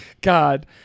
God